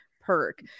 perk